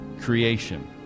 Creation